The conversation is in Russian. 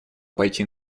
пойти